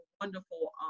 wonderful